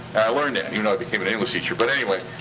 i learned you know became an english teacher. but anyway,